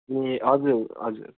ए हजुर हजुर